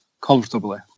comfortably